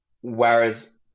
whereas